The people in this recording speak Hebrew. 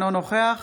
אינו נוכח